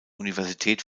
universität